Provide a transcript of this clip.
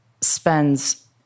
spends